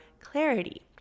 clarity